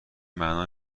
معنا